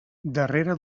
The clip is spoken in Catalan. darrere